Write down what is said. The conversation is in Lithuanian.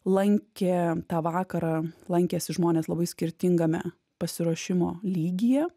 lankė tą vakarą lankėsi žmonės labai skirtingame pasiruošimo lygyje